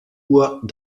uhr